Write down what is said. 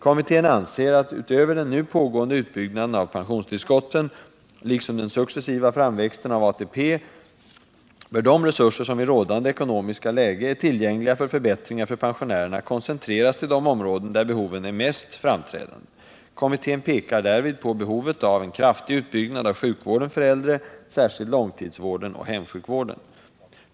Kommittén anser att utöver den nu pågående utbyggnaden av pensionstillskotten liksom den successiva framväxten av ATP bör de resurser som i rådande ekonomiska läge är tillgängliga för förbättringar för pensionärerna koncentreras till de områden där behoven är mest framträdande. Kommittén pekar därvid på behovet av en kraftig utbyggnad av sjukvården för äldre, särskilt långtidsvården och hemsjukvården.